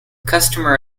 customer